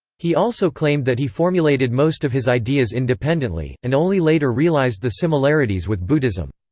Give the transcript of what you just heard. he also claimed that he formulated most of his ideas independently, and only later realized the similarities with buddhism.